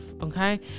okay